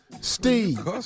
Steve